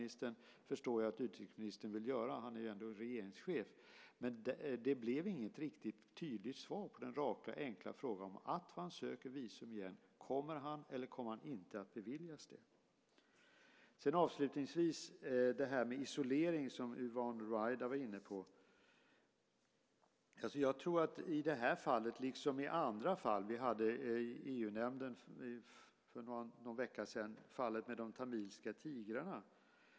Jag förstår att utrikesministern vill citera statsministern, han är ändå regeringschef, men det blev inte något riktigt tydligt svar på den raka enkla frågan: Om han söker visum igen, kommer han eller kommer han inte att beviljas det? Yvonne Ruwaida talade om isolering. Jag tror att det i det här fallet, liksom i andra fall, blir en kombination av morot och piska. Vi hade i EU-nämnden för någon vecka sedan uppe fallet med de tamilska tigrarna.